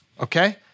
okay